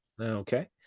Okay